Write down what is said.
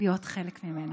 להיות חלק ממנה.